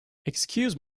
excuse